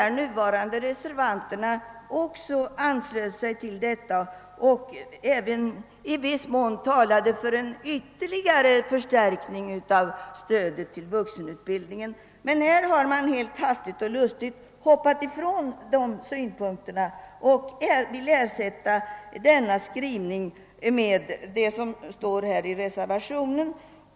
De nuvarande reservanterna anslöt sig också därtill, och de talade även för en viss ytterligare förstärkning av stödet till vuxenutbildningen. Men här har de hastigt och lustigt gått ifrån de synpunkterna och vill ersätta denna skrivning med vad som står i reservationen.